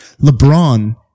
LeBron